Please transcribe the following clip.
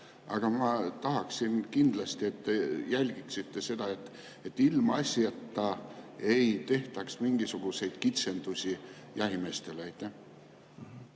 aga ma tahaksin kindlasti, et te jälgiksite seda, et ilmaasjata ei tehtaks mingisuguseid kitsendusi jahimeestele.